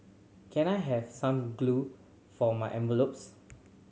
can I have some glue for my envelopes